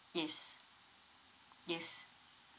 yes yes